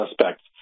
suspects